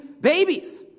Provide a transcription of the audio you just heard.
babies